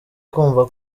kwumva